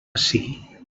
ací